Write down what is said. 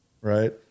Right